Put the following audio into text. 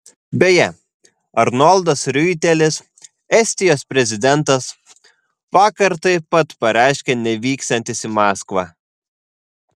beje arnoldas riuitelis estijos prezidentas vakar taip pat pareiškė nevyksiantis į maskvą